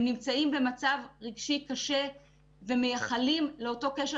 הם נמצאים במצב רגשי קשה ומייחלים לאותו קשר